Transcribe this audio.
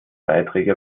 beiträge